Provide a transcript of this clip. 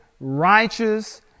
righteous